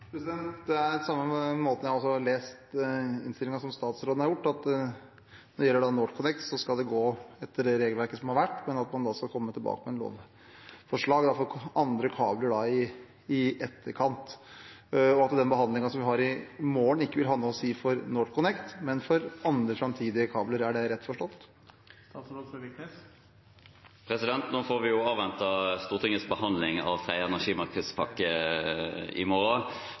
jeg har lest innstillingen på den samme måten som statsråden – at når det gjelder NorthConnect, skal det gå etter det regelverket som har vært, men at man skal komme tilbake med et lovforslag for andre kabler i etterkant, og at den behandlingen som vi har i morgen, ikke vil ha noe å si for NorthConnect, men for andre, framtidige kabler. Er det rett forstått? Nå får vi avvente Stortingets behandling av tredje energimarkedspakke i morgen,